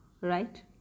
right